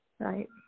Right